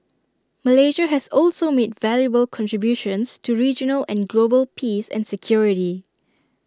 Malaysia has also made valuable contributions to regional and global peace and security